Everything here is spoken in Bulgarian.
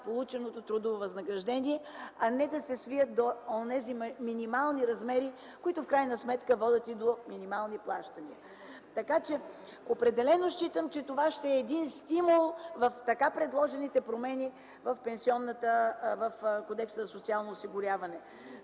полученото трудово възнаграждение, а не да се свият до онези минимални размери, които в крайна сметка водят до минимални плащания. Определено считам, че това ще е един стимул в така предложените промени в Кодекса за социално осигуряване.